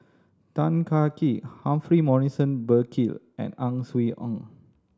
Tan Kah Kee Humphrey Morrison Burkill and Ang Swee Aun